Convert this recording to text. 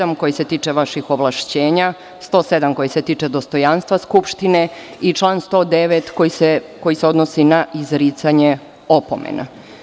Član 27. koji se tiče vaših ovlašćenja, član 107. koji se tiče dostojanstva Skupštine i član 109. koji se odnosi na izricanje opomene.